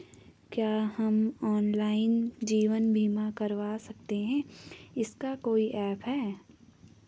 क्या हम ऑनलाइन जीवन बीमा करवा सकते हैं इसका कोई ऐप है?